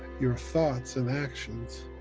your thoughts and actions,